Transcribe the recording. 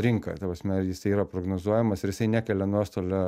rinką ta prasme jisai yra prognozuojamas ir jisai nekelia nuostolio